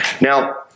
Now